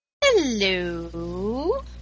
Hello